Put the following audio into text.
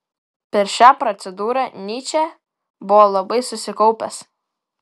per šią procedūrą nyčė buvo labai susikaupęs